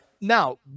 now